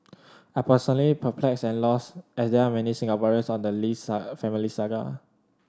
I'm personally perplexed and lost as there are many Singaporeans on the Lees are family saga